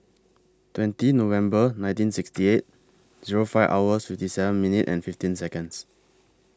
twenty November nineteen sixty eight Zero five hours fifty seven minute and fifteen Seconds